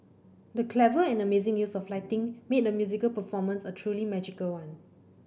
the clever and amazing use of lighting made a musical performance a truly magical one